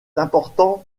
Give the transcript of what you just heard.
important